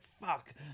fuck